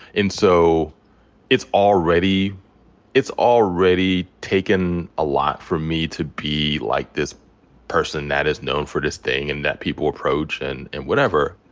and so it's already it's already taken a lot for me to be, like, this person that is known for this thing, and that people approach, and and whatever.